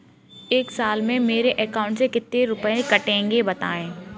एक साल में मेरे अकाउंट से कितने रुपये कटेंगे बताएँ?